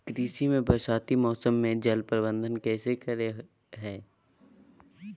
कृषि में बरसाती मौसम में जल प्रबंधन कैसे करे हैय?